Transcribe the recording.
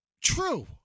True